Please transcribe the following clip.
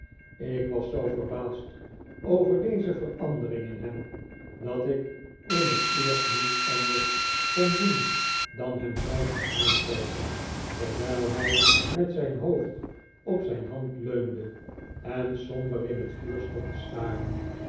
ik was zoo verbaasd over deze verandering in hem dat ik in het eerst niets anders kon doen dan hem zwijgend aankijken terwijl hij met zijn hoofd op zijn hand leunde en somber in het vuur stond te staren